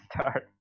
start